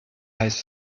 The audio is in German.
heißt